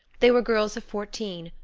they were girls of fourteen,